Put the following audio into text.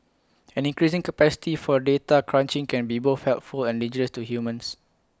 an increasing capacity for data crunching can be both helpful and dangerous to humans